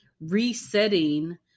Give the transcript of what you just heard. resetting